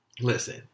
listen